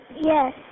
Yes